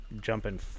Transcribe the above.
jumping